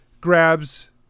grabs